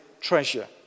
treasure